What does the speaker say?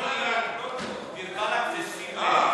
למה אתה מפריע?